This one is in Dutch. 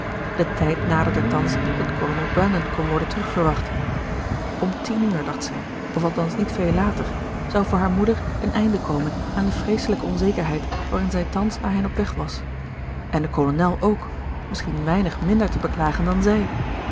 de tijd naderde thans dat kolonel brandon kon worden terugverwacht om tien uur dacht zij of althans niet veel later zou voor haar moeder een einde komen aan de vreeselijke onzekerheid waarin zij thans naar hen op weg was en de kolonel ook misschien weinig minder te beklagen dan zij